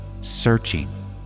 searching